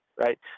Right